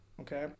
okay